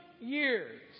years